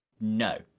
no